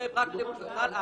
לפצל.